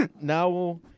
now